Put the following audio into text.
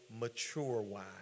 mature-wise